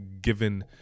given